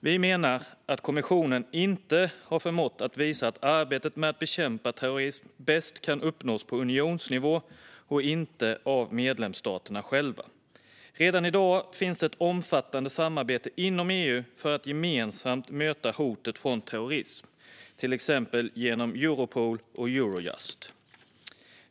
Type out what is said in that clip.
Vi menar att kommissionen inte har förmått visa att arbetet med att bekämpa terrorism bäst kan uppnås på unionsnivå och inte av medlemsstaterna själva. Redan i dag finns ett omfattande samarbete inom EU för att gemensamt möta hotet från terrorism, till exempel genom Europol och Eurojust.